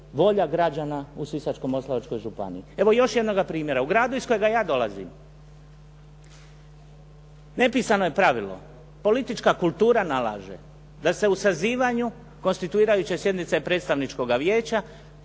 volja građana u Sisačko-moslavačkoj županiji. Evo još jednoga primjera. U gradu iz kojega ja dolazim nepisano je pravilo, politička kultura nalaže da se u sazivanju konstituirajuće sjednice predstavničkoga vijeća